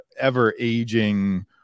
ever-aging